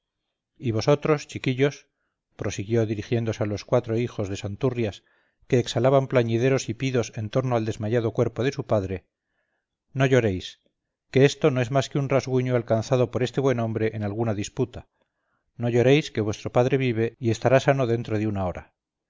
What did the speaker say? y vosotros chiquillos prosiguió dirigiéndose a los cuatro hijos de santurrias que exhalaban plañideros hipidos en torno al desmayado cuerpo de su padre no lloréis que esto no es más que un rasguño alcanzado por este buen hombre en alguna disputa no lloréis que vuestro padre vive y estará sano dentro de una hora